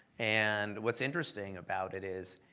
and what's interesting about it is